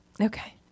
Okay